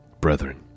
brethren